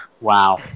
wow